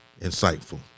insightful